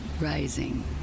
Rising